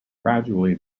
gradually